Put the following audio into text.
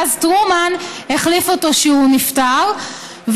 ואז טרומן החליף אותו כשהוא נפטר,